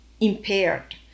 impaired